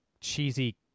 cheesy